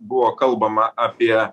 buvo kalbama apie